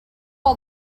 all